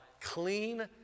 clean